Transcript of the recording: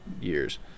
years